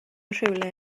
rhywle